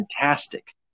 fantastic